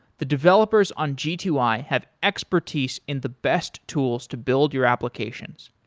the developers on g two i have expertise in the best tools to build your applications.